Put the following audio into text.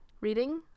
reading